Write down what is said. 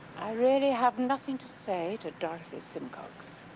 i really have nothing to say to dorothy simcox.